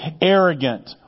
arrogant